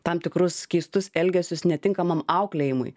tam tikrus keistus elgesius netinkamam auklėjimui